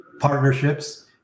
partnerships